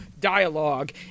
dialogue